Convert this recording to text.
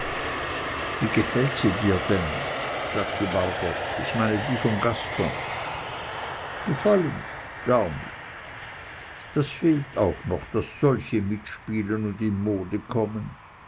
wie gefällt sie dir denn sagte margot ich meine die von gaston gefallen gar nich das fehlt auch noch daß solche mitspielen und in mode kommen